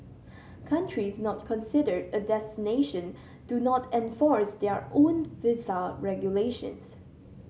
countries not consider a destination do not enforce their own visa regulations